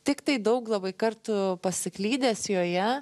tiktai daug labai kartų pasiklydęs joje